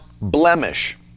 blemish